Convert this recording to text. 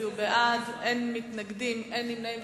אין מתנגדים, אין נמנעים.